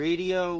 Radio